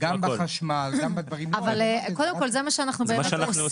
גם בחשמל -- אבל קודם כל זה מה שאנחנו באמת עושים.